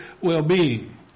well-being